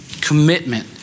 commitment